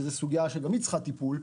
וזו גם סוגיה שצריכה טיפול.